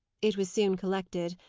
it was soon collected.